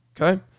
Okay